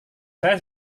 saya